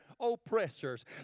oppressors